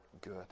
good